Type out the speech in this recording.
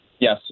Yes